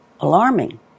alarming